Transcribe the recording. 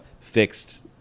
fixed